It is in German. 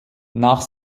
nach